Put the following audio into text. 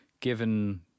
given